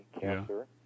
cancer